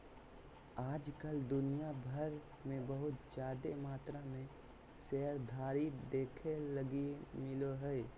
आज कल दुनिया भर मे बहुत जादे मात्रा मे शेयरधारी देखे लगी मिलो हय